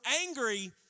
angry